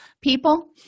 people